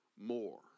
more